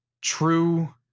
true